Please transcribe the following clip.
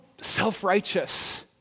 self-righteous